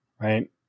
right